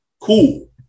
cool